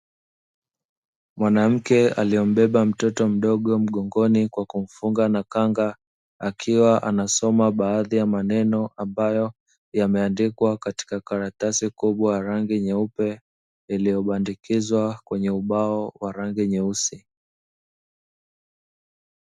Mwanamke aliyembeba mtoto mdogo mgongoni kwa kumfunga na kanga, akiwa anasoma baadhi ya maneno ambayo yameandika katika karatasi kubwa ya rangi nyeupe, iliyobandikizwa kwenye ubao wa rangi nyeusi.